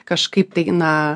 kažkaip tai na